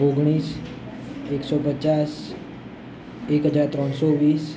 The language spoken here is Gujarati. ઓગણીસ એકસો પચાસ એક હજાર ત્રણસો વીસ